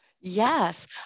Yes